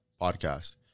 podcast